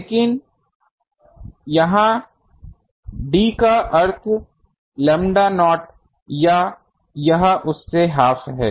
लेकिन यहाँ d का अर्थ लैम्ब्डा नॉट यहाँ यह उससे हाफ है